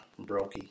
Brokey